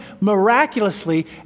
miraculously